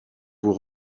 vous